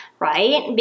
right